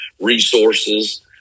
resources